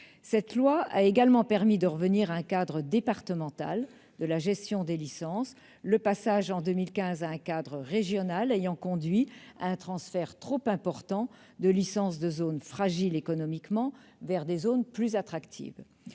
Cette loi a également permis de revenir à un cadre départemental de gestion des licences, le passage en 2015 à un cadre régional ayant conduit à un transfert de trop nombreuses licences de zones fragiles économiquement vers des zones plus attractives.